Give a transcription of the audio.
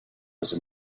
was